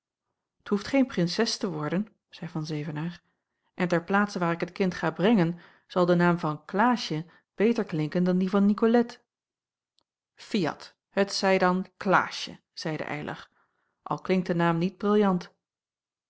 t hoeft geen prinses te worden zeî van zevenaer en ter plaatse waar ik het kind ga brengen zal de naam van klaasje beter klinken dan die van nicolette fiat het zij dan klaasje zeide eylar al klinkt de naam niet briljant